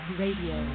radio